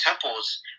temples